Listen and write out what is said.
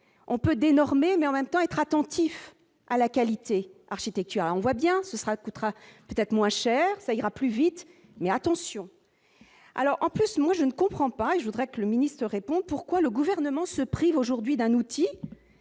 on peut désormais, mais en même temps être attentifs à la qualité architecturale, on voit bien ce sera coûtera peut-être moins cher, ça ira plus vite, mais attention, alors en plus, moi je ne comprends pas, et je voudrais que le ministre réponde pourquoi le gouvernement se prive aujourd'hui d'un outil